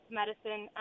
medicine